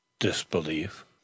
disbelief